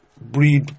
breed